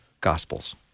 gospels